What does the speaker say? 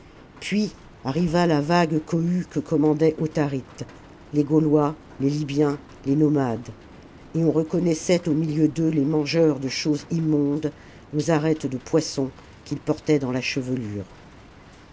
puis arriva la vague cohue que commandait autharite les gaulois les libyens les nomades et l'on reconnaissait au milieu d'eux les mangeurs de choses immondes aux arêtes de poisson qu'ils portaient dans la chevelure